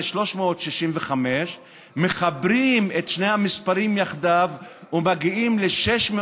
365. מחברים את שני המספרים יחדיו ומגיעים ל-613